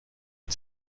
hat